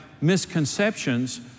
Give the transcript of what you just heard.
misconceptions